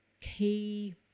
key